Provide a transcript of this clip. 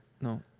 No